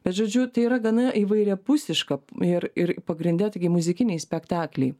bet žodžiu tai yra gana įvairiapusiška ir ir pagrinde taigi muzikiniai spektakliai